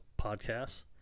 podcasts